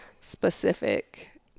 specific